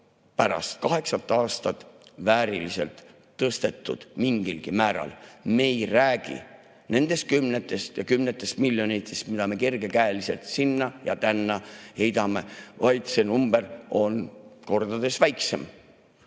pärast kaheksat aastat vääriliselt tõstetud mingilgi määral! Me ei räägi praegu nendest kümnetest ja kümnetest miljonitest, mida me kergekäeliselt sinna ja tänna heidame, see number on kordades väiksem.